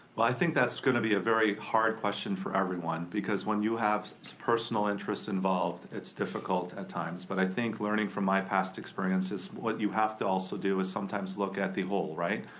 well i think that's gonna be a very hard question for everyone. because when you have personal interests involved, it's difficult at times. but i think learning from my past experiences, what you have to also do is sometimes look at the whole, right?